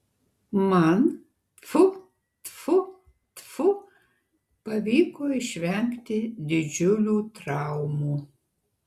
man tfu tfu tfu pavyko išvengti didžiulių traumų